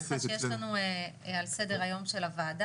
אני יכולה להגיד לך שיש לנו על סדר היום של הוועדה,